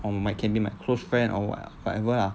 or might can be my close friend or what whatever lah